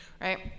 right